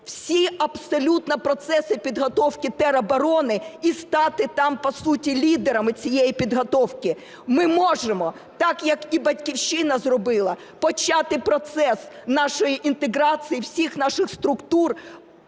всі абсолютно процеси підготовки тероборони і стати там по суті лідерами цієї підготовки. Ми можемо, так як і "Батьківщина" зробила, почати процес нашої інтеграції, всіх наших структур